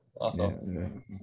Awesome